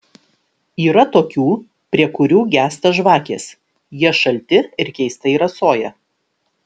yra tokių prie kurių gęsta žvakės jie šalti ir keistai rasoja